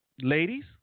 Ladies